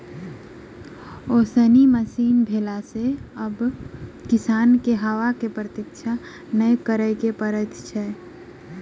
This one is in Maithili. ओसौनी मशीन भेला सॅ आब किसान के हवाक प्रतिक्षा नै करय पड़ैत छै